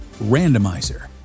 randomizer